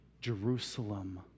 Jerusalem